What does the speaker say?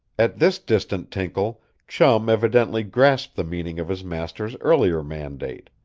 at this distant tinkle chum evidently grasped the meaning of his master's earlier mandate.